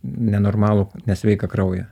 nenormalų nesveiką kraują